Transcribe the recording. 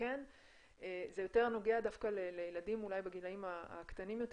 וכן זה יותר נוגע דווקא לילדים בגילאים הקטנים יותר